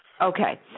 Okay